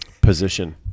position